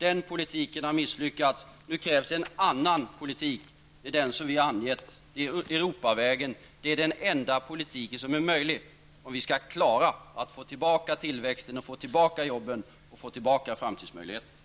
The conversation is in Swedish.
Den politiken har misslyckats. Nu krävs en annan politik. Det är den som vi har angett. Det är Europavägen. Det är den enda politik som är möjlig, om vi skall klara att få tillbaka tillväxten, få tillbaka jobben och få tillbaka framtidsmöjligheterna.